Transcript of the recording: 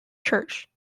church